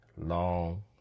long